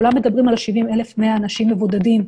כולם מדברים על 70,000 אנשים מבודדים.